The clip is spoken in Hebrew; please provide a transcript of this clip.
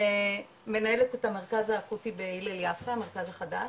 מנהלת את המרכז האקוטי בהלל יפה, המרכז החדש,